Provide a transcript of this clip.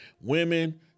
Women